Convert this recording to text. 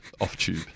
off-tube